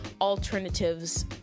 alternatives